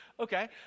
Okay